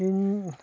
ᱤᱧ